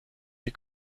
die